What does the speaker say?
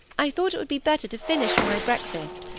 i thought it would be better to finish my breakfast,